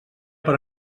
per